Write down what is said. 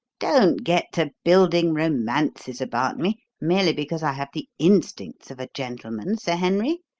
don't get to building romances about me merely because i have the instincts of a gentleman, sir henry.